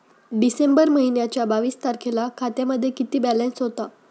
डिसेंबर महिन्याच्या बावीस तारखेला खात्यामध्ये किती बॅलन्स होता?